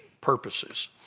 purposes